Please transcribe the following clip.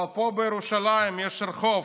אבל פה בירושלים יש רחוב,